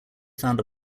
found